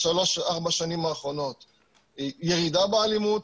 בשלוש ארבע שנים האחרונות ירידה באלימות.